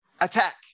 attack